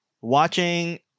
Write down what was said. watching –